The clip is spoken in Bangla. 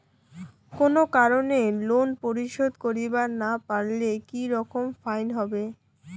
কোনো কারণে লোন পরিশোধ করিবার না পারিলে কি রকম ফাইন হবে?